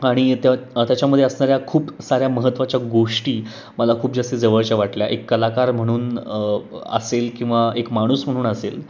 आणि त्या त्याच्यामध्ये असणाऱ्या खूप साऱ्या महत्वाच्या गोष्टी मला खूप जास्ती जवळच्या वाटल्या एक कलाकार म्हणून असेल किंवा एक माणूस म्हणून असेल